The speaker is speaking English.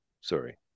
Sorry